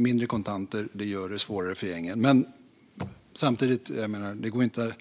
Mindre kontanter gör det svårare för gängen. Men samtidigt går det inte att